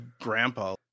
grandpa